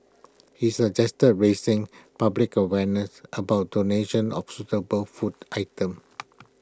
he suggested raising public awareness about donations of suitable food items